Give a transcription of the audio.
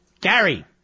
Gary